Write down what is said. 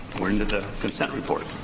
we're into the consent report.